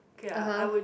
(uh huh)